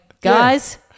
guys